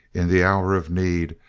in the hour of need,